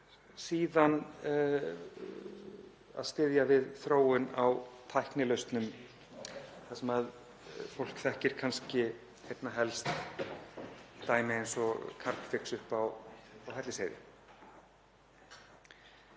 Síðan á að styðja við þróun á tæknilausnum, þar sem fólk þekkir kannski einna helst dæmi eins og Carbfix uppi á Hellisheiði.